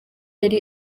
yari